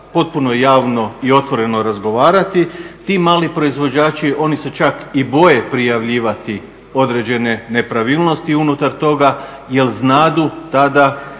potpuno javno i otvoreno razgovarati. Ti mali proizvođači oni se čak i boje prijavljivati određene nepravilnosti unutar toga jer znadu tada